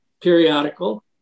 periodical